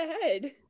ahead